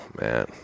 man